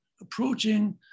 approaching